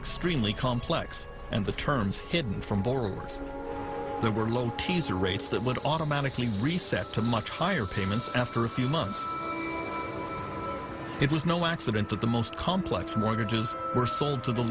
extremely complex and the terms hidden from borrowers there were low teaser rates that would automatically reset to much higher payments after a few months it was no accident that the most complex mortgages were sold to the